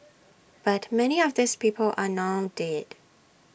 but many of these people are now dead